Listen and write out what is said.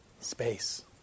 space